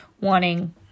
wanting